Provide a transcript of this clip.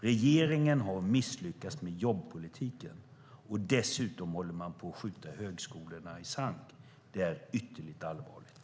Regeringen har misslyckats med jobbpolitiken. Dessutom håller man på att skjuta högskolorna i sank. Det är ytterligt allvarligt.